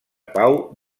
pau